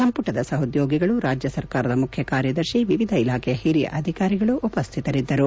ಸಂಪುಟದ ಸಹೊದ್ಯೋಗಿಗಳು ರಾಜ್ಯ ಸರ್ಕಾರದ ಮುಖ್ಯ ಕಾರ್ಯದರ್ಶಿ ವಿವಿಧ ಇಲಾಖೆಯ ಹಿರಿಯ ಅಧಿಕಾರಿಗಳು ಉಪಸ್ಥಿತರಿದ್ದರು